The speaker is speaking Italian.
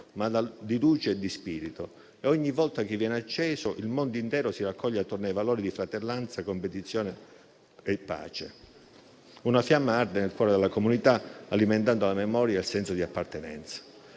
ma di luce e di spirito, e, ogni volta che viene acceso, il mondo intero si raccoglie attorno ai valori di fratellanza, competizione, e pace. Una fiamma arde nel cuore della comunità, alimentando la memoria e il senso di appartenenza.